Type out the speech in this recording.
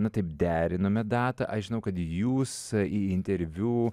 na taip derinome datą aš žinau kad jūs į interviu